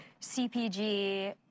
CPG